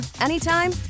anytime